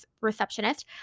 receptionist